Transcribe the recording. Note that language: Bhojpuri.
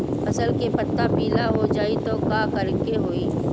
फसल के पत्ता पीला हो जाई त का करेके होई?